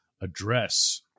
address